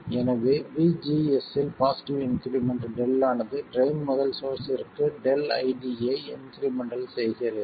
எனவே VGS இல் positive increment Δ ஆனது ட்ரைன் முதல் சோர்ஸ்ஸிற்கு ΔID ஐ இன்க்ரிமெண்டல் செய்கிறது